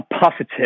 positive